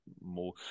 more